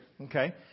Okay